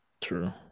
True